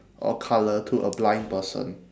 or colour to a blind person